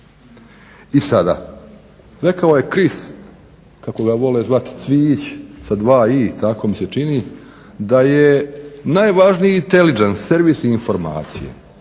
I sada, rekao je Chris kako ga vole zvati Cviić sa dva i tako mi se čini da je najvažniji Intelligence servis informacije.